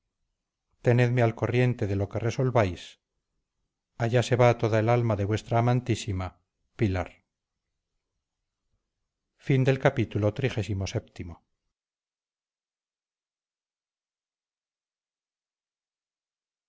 tenedme al corriente de lo que resolváis allá se va toda el alma de vuestra amantísima pilar